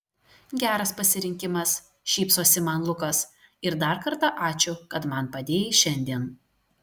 geras pasirinkimas šypsosi man lukas ir dar kartą ačiū kad man padėjai šiandien